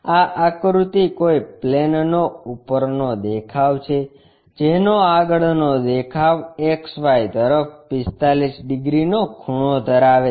આ આકૃતિ કોઈક પ્લેનનો ઉપરનો દેખાવ છે જેનો આગળનો દેખાવ XY તરફ 45 ડિગ્રી નો ખૂણો ધરાવે છે